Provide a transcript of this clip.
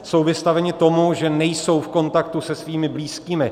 Jsou vystaveni tomu, že nejsou v kontaktu se svými blízkými.